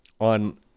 on